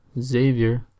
Xavier